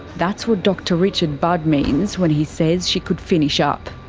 that's what dr richard budd means when he says she could finish ah up.